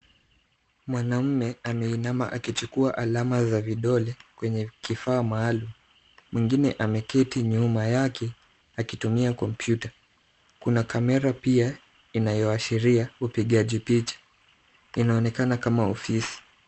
Mwanamme ameinama akichukua alama za vidole kwenye kifaa maalum. Mwingine ameketi nyuma yake akitumia kompyuta. Kuna kamera pia inayoashiria upigaji picha. Inaonekana kama ofisi.